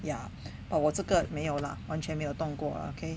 ya but 我这个没有了完全没有动过啊 okay